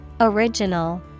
Original